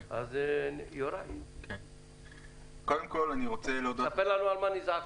אז, יוראי, תספר לנו על מה נזעקת.